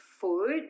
food